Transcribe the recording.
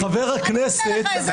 חבר הכנסת,